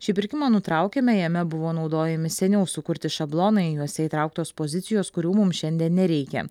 šį pirkimą nutraukėme jame buvo naudojami seniau sukurti šablonai juose įtrauktos pozicijos kurių mums šiandien nereikia